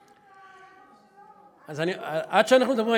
52. כל אחד עושה את הרווח שלו עד שאנחנו,